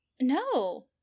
no